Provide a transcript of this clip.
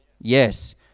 Yes